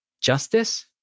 Justice